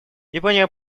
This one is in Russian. япония